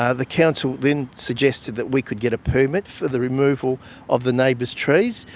ah the council then suggested that we could get a permit for the removal of the neighbour's trees,